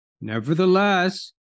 Nevertheless